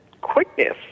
quickness